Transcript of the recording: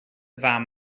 fam